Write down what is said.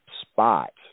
spot